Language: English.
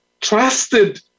trusted